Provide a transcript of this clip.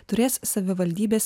turės savivaldybės